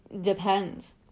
depends